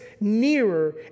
nearer